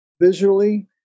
Visually